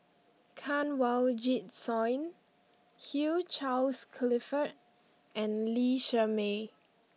Kanwaljit Soin Hugh Charles Clifford and Lee Shermay